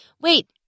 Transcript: Wait